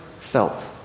felt